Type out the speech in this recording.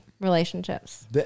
relationships